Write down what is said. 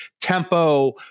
tempo